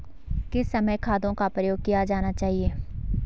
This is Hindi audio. किस समय खादों का प्रयोग किया जाना चाहिए?